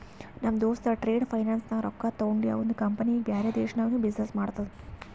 ನಮ್ ದೋಸ್ತ trade finance ನಾಗ್ ರೊಕ್ಕಾ ತೊಂಡಿ ಅವಂದ ಕಂಪನಿ ಈಗ ಬ್ಯಾರೆ ದೇಶನಾಗ್ನು ಬಿಸಿನ್ನೆಸ್ ಮಾಡ್ತುದ